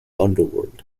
underworld